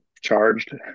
charged